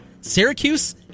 Syracuse